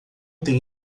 tenho